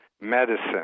medicine